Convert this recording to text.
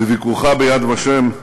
בביקורך ב"יד ושם"